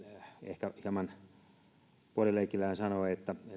ehkä hieman puolileikillään sanoi että